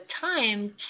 time